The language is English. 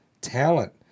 talent